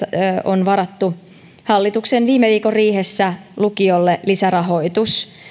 on varattu hallituksen viime viikon riihessä lukioille lisärahoitus